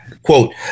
Quote